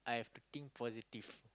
I have to think positive